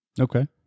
okay